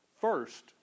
First